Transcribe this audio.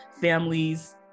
families